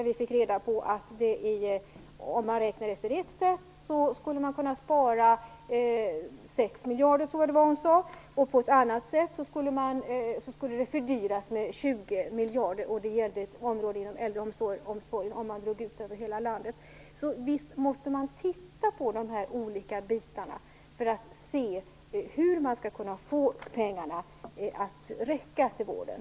Vi fick ju höra att räknar man på ett sätt skulle man kunna spara, tror jag, 6 miljarder. Räknar man på ett annat sätt skulle det bli 20 miljarder dyrare inom ett område inom äldreomsorgen, om det skulle gälla över hela landet. Visst måste man titta närmare på de olika bitarna för att se hur man skall få pengarna att räcka för vården.